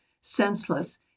senseless